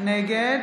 נגד